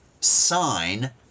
sign